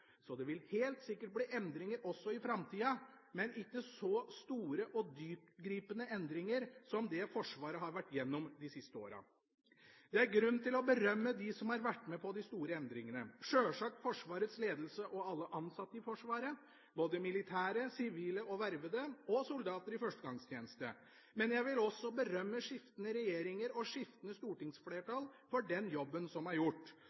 så også Forsvaret, så det vil helt sikkert bli endringer også i framtida, men ikke så store og dyptgripende endringer som det Forsvaret har vært gjennom de siste åra. Det er grunn til å berømme dem som har vært med på de store endringene: sjølsagt Forsvarets ledelse og alle ansatte i Forsvaret, både militære, sivile og vervede og soldater i førstegangstjeneste. Men jeg vil også berømme skiftende regjeringer og skiftende stortingsflertall for den jobben som er gjort,